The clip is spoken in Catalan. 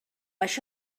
això